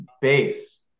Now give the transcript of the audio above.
base